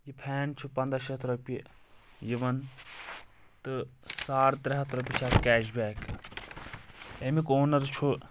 یِہ فین چُھ پَنٛداہ شیٚتھ رۄپیِہ یِوان تہٕ ساڑٕ ترےٚ ہَتھ روٚپیِہ چھِ اَتھ کیش بیک أمیُک اونَر چھُ